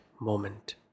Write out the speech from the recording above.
moment